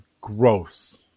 gross